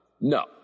No